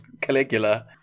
Caligula